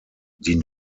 die